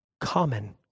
common